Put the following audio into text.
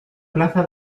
plaza